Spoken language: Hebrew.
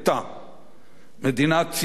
מדינה ציונית ודמוקרטית,